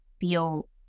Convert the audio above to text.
feel